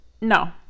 No